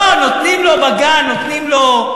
לא, נותנים לו בגן, נותנים לו,